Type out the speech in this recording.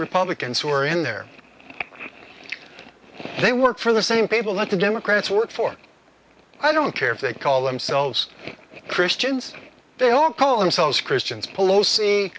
republicans who are in their they work for the same people that the democrats work for i don't care if they call themselves christians they don't call themselves christians palo